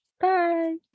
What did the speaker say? Bye